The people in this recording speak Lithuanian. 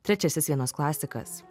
trečiasis vienas klasikas